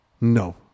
No